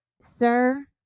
Sir